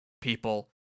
people